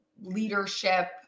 leadership